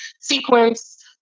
sequence